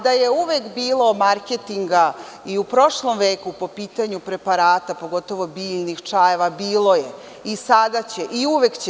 Da je uvek bilo marketinga i u prošlom veku po pitanju preparata, pogotovo biljnih čajeva, bilo je i sada, i uvek će.